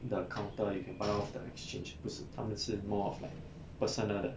the counter you can buy off the exchange 不是他们是 more of like personal 的